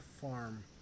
Farm